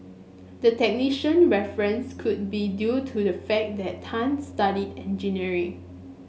the technician reference could be due to the fact that Tan studied engineering